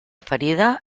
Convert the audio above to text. ferida